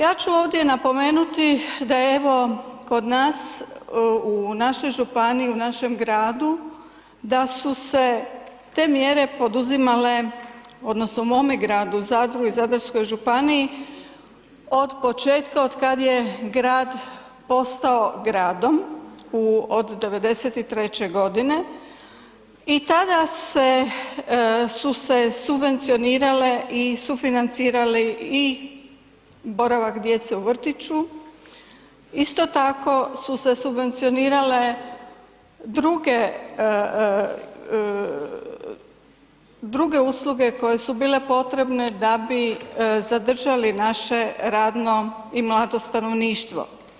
Ja ću ovdje napomenuti da je evo kod nas u našoj županiji, u našem gradu da su se te mjere poduzimale odnosno mome gradu Zadru i Zadarskoj županiji od početka od kad je grad postao gradom u, od '93. godine i tada su se subvencionirale i sufinancirali i boravak djece u vrtiću isto tako su se subvencionirale druge usluge koje su bile potrebne da bi zadržali naše radno i mlado stanovništvo.